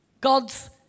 gods